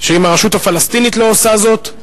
שאם הרשות הפלסטינית לא עושה זאת,